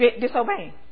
Disobeying